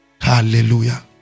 Hallelujah